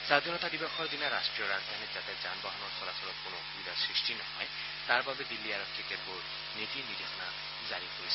স্বাধীনতা দিৱসৰ দিনা ৰাষ্ট্ৰীয় ৰাজধানীত যাতে যান বাহনৰ চলাচলত কোনো অসুবিধাৰ সৃষ্টি নহয় তাৰ বাবে দিল্লী আৰক্ষীয়ে কেতবোৰ নীতি নিৰ্দেশনা জাৰি কৰিছে